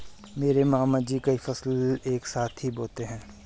मेरे मामा जी कई फसलें एक साथ ही बोते है